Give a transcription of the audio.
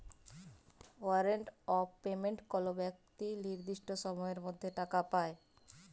warrant of payment কল বেক্তি লির্দিষ্ট সময়ের মধ্যে টাকা পায়